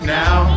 now